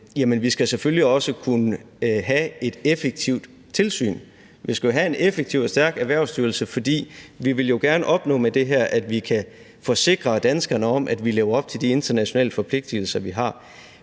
side selvfølgelig også skal kunne have et effektivt tilsyn. Vi skal have en effektiv og stærk Erhvervsstyrelse, fordi vi jo med det her gerne vil opnå, at vi kan forsikre danskerne om, at vi lever op til de internationale forpligtelser, vi har.